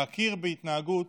להכיר בהתנהגות,